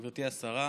גברתי השרה,